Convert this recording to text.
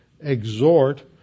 exhort